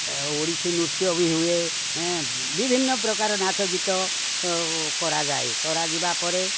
ଓଡ଼ିଶୀ ନୃତ୍ୟ ବି ହୁଏ ବିଭିନ୍ନ ପ୍ରକାର ନାଚ ଗୀତ କରାଯାଏ କରାଯିବା ପରେ